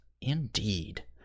Indeed